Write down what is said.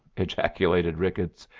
ejaculated ricketts.